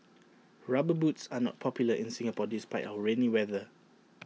rubber boots are not popular in Singapore despite our rainy weather